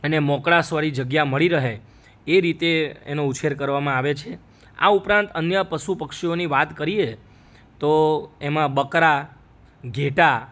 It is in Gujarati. અને મોકળાશ વાળી જગ્યા મળી રહે એ રીતે એનો ઉછેર કરવામાં આવે છે આ ઉપરાંત અન્ય પસુ પક્ષીઓની વાત કરીએ તો એમાં બકરા ઘેટા